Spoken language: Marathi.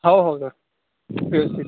हो हो सर व्यवस्थित